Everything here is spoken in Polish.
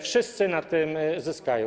Wszyscy na tym zyskają.